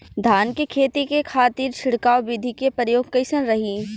धान के खेती के खातीर छिड़काव विधी के प्रयोग कइसन रही?